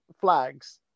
flags